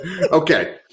Okay